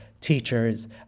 teachers